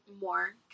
more